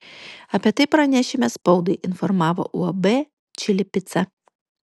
apie tai pranešime spaudai informavo uab čili pica